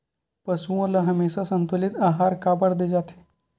पशुओं ल हमेशा संतुलित आहार काबर दे जाथे?